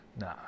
Nah